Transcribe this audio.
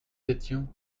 étions